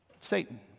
Satan